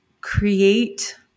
create